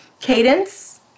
cadence